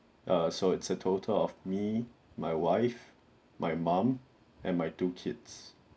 err so it's a total of me my wife my mum and my two kids